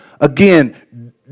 again